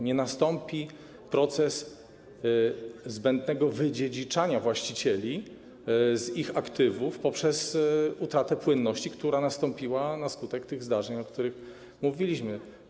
Nie nastąpi proces zbędnego wydziedziczania właścicieli z ich aktywów poprzez utratę płynności, która nastąpiła na skutek tych zdarzeń, o których mówiliśmy.